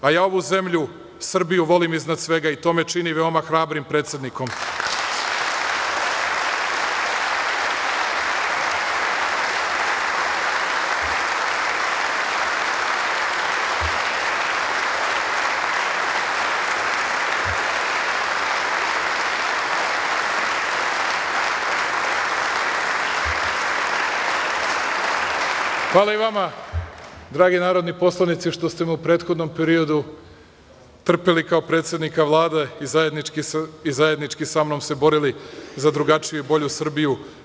Ja ovu zemlju Srbiju volim iznad svega i to me čini veoma hrabrim predsednikom. [[Aplauz.]] Hvala i vama, dragi narodni poslanici, što ste me u prethodnom periodu trpeli kao predsednika Vlade i zajednički sa mnom se borili za drugačiju i bolju Srbiju.